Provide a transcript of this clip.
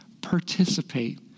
Participate